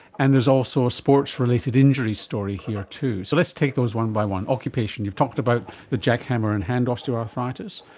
and there's also a sports related injury story here too. so let's take those one by one. occupation, you've talked about the jack hammer and hand osteoarthritis.